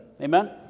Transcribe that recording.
amen